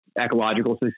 ecological